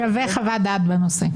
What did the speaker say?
שווה חוות דעת בנושא.